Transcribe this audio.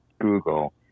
Google